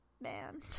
man